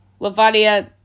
Lavadia